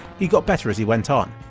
he got better as he went on,